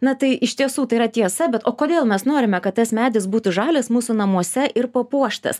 na tai iš tiesų tai yra tiesa bet o kodėl mes norime kad tas medis būtų žalias mūsų namuose ir papuoštas